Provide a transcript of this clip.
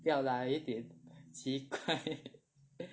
不要啦有一点奇怪